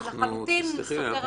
זה לחלוטין סותר הכל.